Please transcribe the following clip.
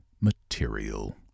material